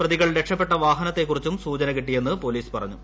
പ്രതികൾ രക്ഷപ്പെട്ട വാഹനത്തെക്കുറിച്ചും സൂചന കിട്ടിയെന്ന് പോലീസ് പറഞ്ഞു